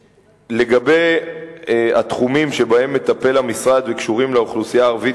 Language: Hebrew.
לגבי התחומים שבהם מטפל המשרד וקשורים לאוכלוסייה הערבית,